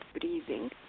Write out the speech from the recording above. breathing